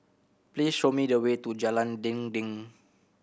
please show me the way to Jalan Dinding